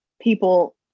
people